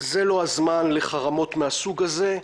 זה לא הזמן לחרמות מהסוג הזה,